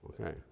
Okay